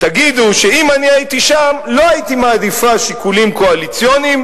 תגידו שאם אני הייתי שם לא הייתי מעדיפה שיקולים קואליציוניים,